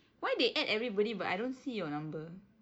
why they add everybody but I don't see your number